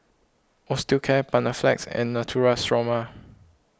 Osteocare Panaflex and Natura Stoma